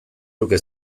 luke